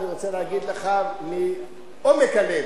אני רוצה להגיד לך מעומק הלב: